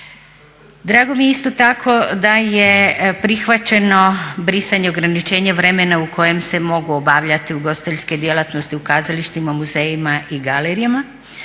Drago mi je isto tako da je prihvaćeno brisanje ograničenja vremena u kojem se mogu obavljati ugostiteljske djelatnosti u kazalištima, muzejima i galerijama.